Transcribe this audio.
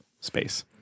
space